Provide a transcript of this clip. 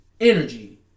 Energy